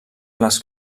les